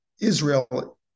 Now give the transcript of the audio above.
Israel